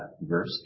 verse